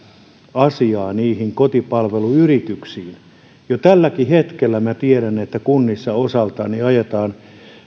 asiaa niihin kotipalveluyrityksiin minä tiedän että jo tälläkin hetkellä kunnissa osaltaan ajetaan